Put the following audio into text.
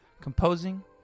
composing